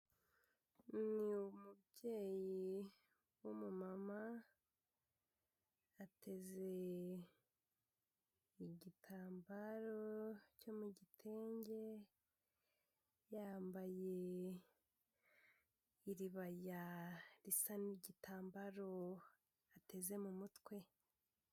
Ni mubyeyi w'umumama ateze igitambaro cyo mu gitenge, yambaye iribaya risa n'igitambaro ateze mu mutwe.